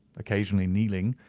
occasionally kneeling,